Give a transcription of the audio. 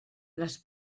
les